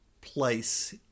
place